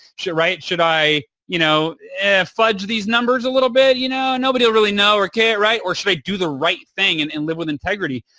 should i write? should i you know fudge these numbers a little bit? you know nobody really know or care. or should i do the right thing and and live with integrity?